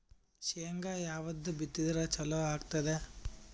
ಶೇಂಗಾ ಯಾವದ್ ಬಿತ್ತಿದರ ಚಲೋ ಆಗತದ?